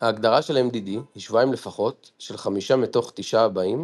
ההגדרה של MDD היא שבועיים לפחות של 9\5 הבאים